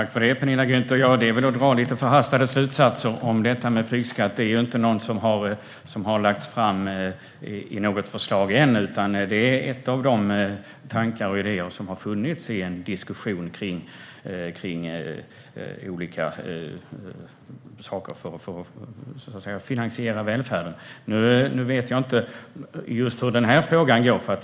Herr talman! Det är väl att dra lite förhastade slutsatser om detta med flygskatt. Det är ju inte någonting som har lagts fram i något förslag ännu, utan det är en av de tankar och idéer som har funnits i en diskussion kring olika saker för att finansiera välfärden. Jag vet inte hur diskussionen om just denna fråga går.